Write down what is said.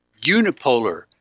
unipolar